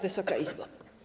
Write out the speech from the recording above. Wysoka Izbo!